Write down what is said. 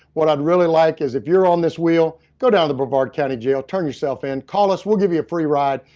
what i'd really like is if you're on this wheel, go down to the brevard county jail, turn yourself in. call us, we'll give you a free ride.